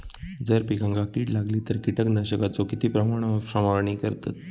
जर पिकांका कीड लागली तर कीटकनाशकाचो किती प्रमाणावर फवारणी करतत?